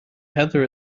heather